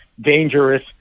dangerous